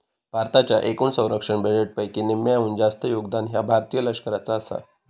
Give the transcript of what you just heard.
भारताच्या एकूण संरक्षण बजेटपैकी निम्म्याहून जास्त योगदान ह्या भारतीय लष्कराचा आसा